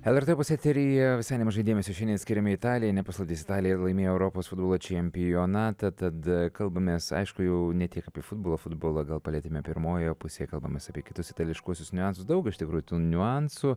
lrt opus eteryje visai nemažai dėmesio skiriame italijai nepaslaptis italija laimėjo europos futbolo čempionatą tad kalbamės aišku jau ne tiek apie futbolą futbolą gal palietėme pirmojoje pusėje kalbamės apie kitus itališkuosius niuansus daug iš tikrųjų tų niuansų